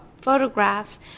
photographs